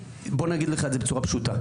בוא אני אגיד לך את זה בצורה פשוטה.